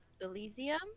Elysium